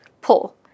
pull